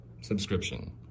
subscription